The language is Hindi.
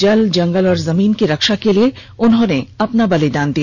जल जंगल और जमीन की रक्षा के लिए उन्होंने अपना बलिदान दिया